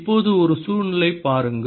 இப்போது ஒரு சூழ்நிலையைப் பாருங்கள்